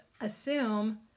assume